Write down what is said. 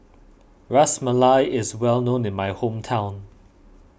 Ras Malai is well known in my hometown